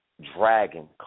dragon